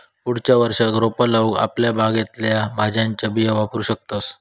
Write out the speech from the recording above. पुढच्या वर्षाक रोपा लाऊक आपल्या बागेतल्या भाज्यांच्या बिया वापरू शकतंस